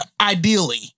Ideally